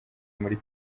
muri